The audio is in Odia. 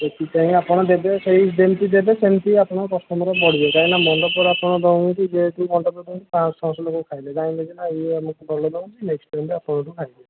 ସେଥିପାଇଁ ଆପଣ ଦେବେ ସେହି ଯେମିତି ଦେବେ ସେମିତି ଆପଣଙ୍କ କଷ୍ଟୋମର୍ ବଢ଼ିବେ କାହିଁକି ନା ମଣ୍ଡପରେ ଆପଣ ଦେଉଛନ୍ତି ଯେହେତୁ ମଣ୍ଡପ ପାଇଁ ପାଞ୍ଚଶହ ଛଅଶହ ଲୋକ ଖାଇଲେ ଜାଣିବେ ଯେ ଇଏ ଆମକୁ ଭଲ ଦେଉଛି ନେକ୍ସଟ୍ ଟାଇମ୍ ଆପଣଙ୍କଠୁ ଖାଇବୁ